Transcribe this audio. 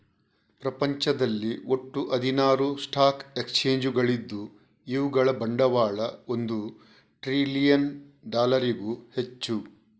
ಪ್ರಪಂಚದಲ್ಲಿ ಒಟ್ಟು ಹದಿನಾರು ಸ್ಟಾಕ್ ಎಕ್ಸ್ಚೇಂಜುಗಳಿದ್ದು ಇವುಗಳ ಬಂಡವಾಳ ಒಂದು ಟ್ರಿಲಿಯನ್ ಡಾಲರಿಗೂ ಹೆಚ್ಚು